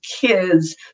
kids